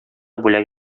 бүләк